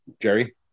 Jerry